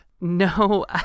no